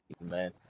man